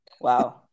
Wow